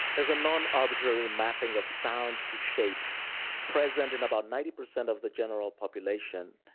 there's a non arbitrary mapping of sound to shape present in about ninety percent of the general population.